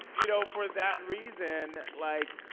you know, for that reason, like,